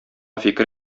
фикер